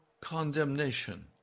condemnation